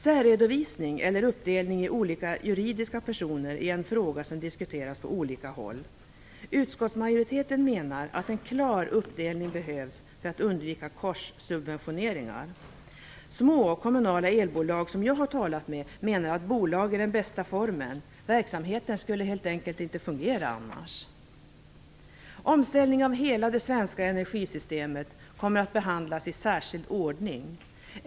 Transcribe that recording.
Särredovisning, eller uppdelning i olika juridiska personer, är en fråga som diskuteras på olika håll. Utskottsmajoriteten menar att en klar uppdelning behövs för att undvika korssubventioneringar. Små, kommunala elbolag som jag har talat med menar att bolag är den bästa formen. Verksamheten skulle helt enkelt inte fungera annars. Omställningen av hela det svenska energisystemet kommer att behandlas i särskild ordning.